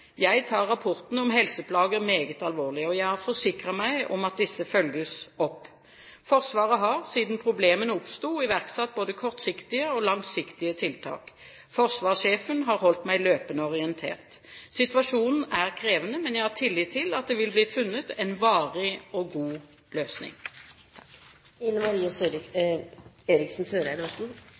Jeg tar rapportene om helseplager meget alvorlig, og jeg har forsikret meg om at disse følges opp. Forsvaret har, siden problemene oppsto, iverksatt både kortsiktige og langsiktige tiltak. Forsvarssjefen har holdt meg løpende orientert. Situasjonen er krevende, men jeg har tillit til at det vil bli funnet en varig og god løsning.